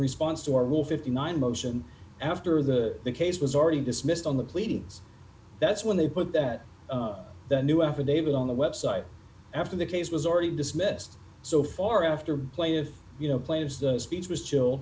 response to our will fifty nine motion after the case was already dismissed on the pleadings that's when they put that new affidavit on the website after the case was already dismissed so far after plaintiff you know claims the speech was chill